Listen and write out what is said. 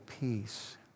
peace